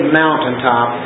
mountaintop